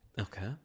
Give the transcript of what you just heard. Okay